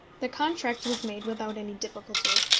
the contract was made without any difficulty,